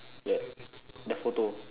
the the photo